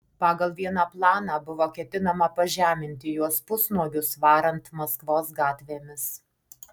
pagal vieną planą buvo ketinama pažeminti juos pusnuogius varant maskvos gatvėmis